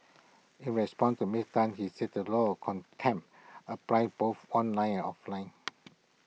in response to miss Tan he said the law of contempt applied both online and offline